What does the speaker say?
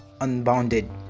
unbounded